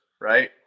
right